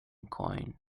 coin